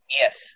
Yes